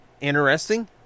interesting